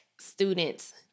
students